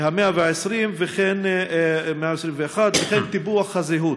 המאה ה-21 וכן טיפוח הזהות.